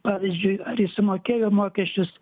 pavyzdžiui ar jis sumokėjo mokesčius